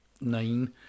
Nine